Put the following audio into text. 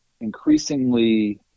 increasingly